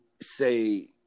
say